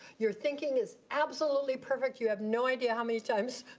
your thinking is absolutely perfect. you have no idea how many times,